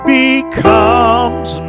becomes